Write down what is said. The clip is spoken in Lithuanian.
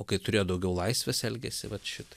o kai turėjo daugiau laisvės elgėsi vat šitaip